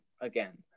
again